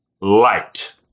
light